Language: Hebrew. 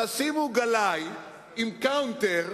תשימו גלאי עם קאונטר,